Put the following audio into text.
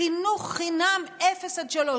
חינוך חינם אפס עד שלוש.